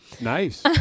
Nice